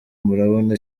murabona